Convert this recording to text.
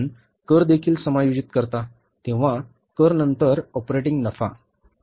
आपण कर देखील समायोजित करता तेव्हा कर नंतर ऑपरेटिंग नफा